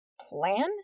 Plan